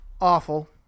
awful